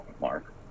Mark